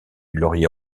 laurier